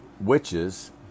witches